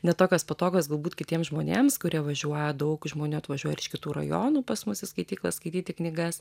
ne tokios patogios galbūt kitiem žmonėms kurie važiuoja daug žmonių atvažiuoja ir iš kitų rajonų pas mus į skaityklas skaityti knygas